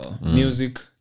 music